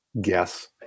guess